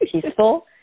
peaceful